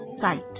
Sight